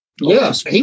Yes